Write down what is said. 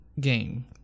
game